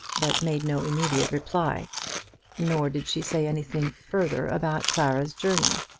but made no immediate reply nor did she say anything further about clara's journey.